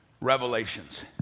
Revelations